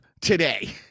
today